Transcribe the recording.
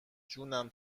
جونم